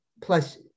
plus